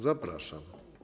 Zapraszam.